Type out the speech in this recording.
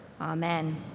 Amen